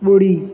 ॿुड़ी